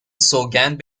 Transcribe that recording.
سوگند